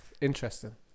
interesting